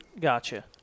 Gotcha